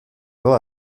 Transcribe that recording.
edo